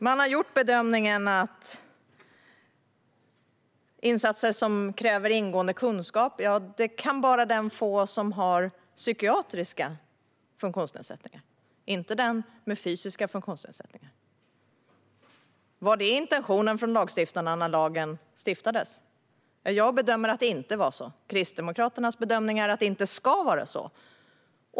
Man har gjort bedömningen att insatser som kräver ingående kunskap kan bara den få som har psykiska funktionsnedsättningar och inte den med fysiska funktionsnedsättningar. Var det intentionen från lagstiftararen när lagen stiftades? Jag bedömer att det inte var så. Kristdemokraternas bedömning är att det inte ska vara så.